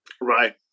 Right